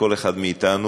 כל אחד מאתנו,